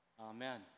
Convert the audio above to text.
Amen